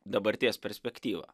dabarties perspektyvą